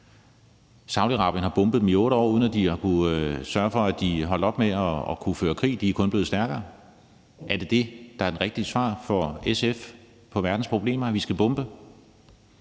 Saudi-Arabien har bombet dem i 8 år, uden at de har kunnet sørge for, at de holdt op med at kunne føre krig, og de er kun blevet stærkere. Er det det, der er det rigtige svar for SF på verdens problemer, altså at vi skal bombe?